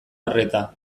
arreta